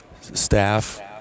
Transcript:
staff –